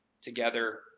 together